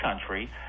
country